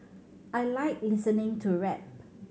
I like listening to rap